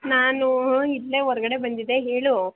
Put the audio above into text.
ನಾನು ಇಲ್ಲೇ ಹೊರ್ಗಡೆ ಬಂದಿದ್ದೆ ಹೇಳು